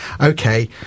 okay